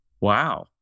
Wow